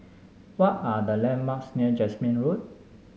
what are the landmarks near Jasmine Road